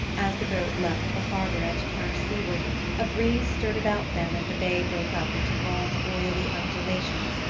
as the boat left the harbour and turned seaward a breeze stirred about them and the bay broke up into long oily undulations,